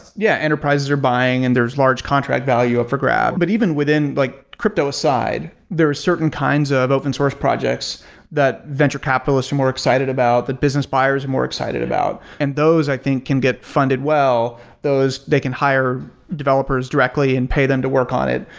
yeah, enterprises are buying and there're large contract value up for grab. but even within like crypto aside, there are certain kinds of open source projects that venture capitalists are more excited about, the business buyers more excited about, and those i think can get funded well. they can hire developers directly and pay them to work on it.